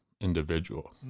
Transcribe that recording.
individual